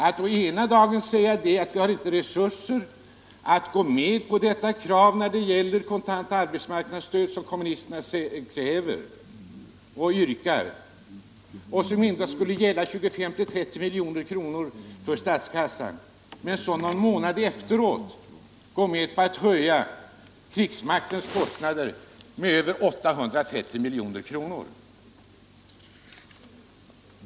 I december månad säger man att vi inte har resurser att gå med på kommunisternas yrkande om en höjning av det kontanta arbetsmarknadsstödet, som skulle kosta statskassan mellan 25 och 30 milj.kr., men några månader senare går man med på att höja kostnaderna för krigsmakten med över 830 miljoner.